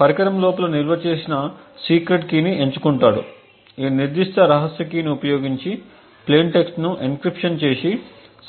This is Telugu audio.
పరికరం లోపల నిల్వ చేసిన సీక్రెట్ కీని ఎంచుకుంటాడు ఈ నిర్దిష్ట రహస్య కీని ఉపయోగించి ప్లేయిన్ టెక్స్ట్ను ఎన్క్రిప్షన్ చేసి